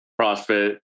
CrossFit